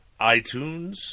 iTunes